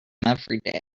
everyday